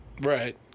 Right